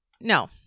No